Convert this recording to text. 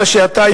אלא שעתה,